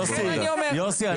יוסי,